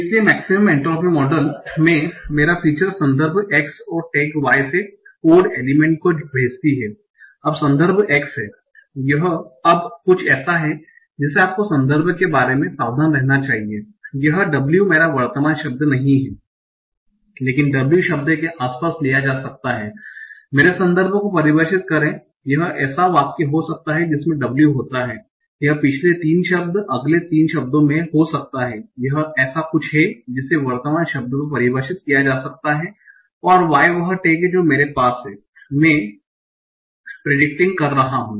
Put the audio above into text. इसलिए maximum entropy model में मेरा फीचर्स संदर्भ x और टैग y से कोड एलिमेंट्स को भेजती है अब संदर्भ x है यह अब कुछ ऐसा है जिसे आपको संदर्भ के बारे में सावधान रहना चाहिए यह w मेरा वर्तमान शब्द नहीं है लेकिन w शब्द के आसपास लिया जा सकता है मेरे संदर्भ को परिभाषित करें यह ऐसा वाक्य हो सकता है जिसमें w होता है यह पिछले 3 शब्द अगले 3 शब्दों में हो सकता है यह ऐसा कुछ है जिसे वर्तमान शब्द पर परिभाषित किया जा सकता है और y वह टैग है जो मेरे पास है मैं प्रिडीक्टिंग कर रहा हूं